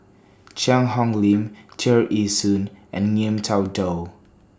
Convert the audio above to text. Cheang Hong Lim Tear Ee Soon and Ngiam Tong Dow